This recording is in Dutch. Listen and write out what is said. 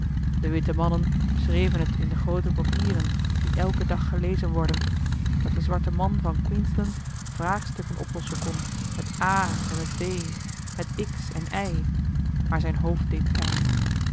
de witte mannen schreven het in de groote papieren die elken dag gelezen worden dat de zwarte man van queensland vraagstukken oplossen kon met a en met b met x en y maar zijn hoofd deed pijn